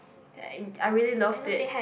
I really loved it